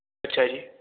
ਅੱਛਾ ਜੀ